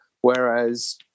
Whereas